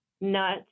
nuts